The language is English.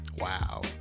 Wow